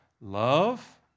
Love